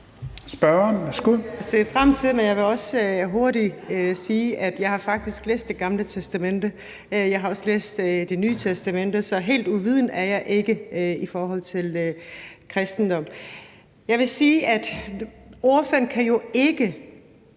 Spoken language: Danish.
se frem til, men jeg vil også hurtigt sige, at jeg faktisk har læst Det Gamle Testamente, og at jeg også har læst Det Nye Testamente, så helt uvidende er jeg ikke i forhold til kristendom. Jeg vil jo sige, at ordføreren ikke